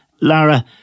Lara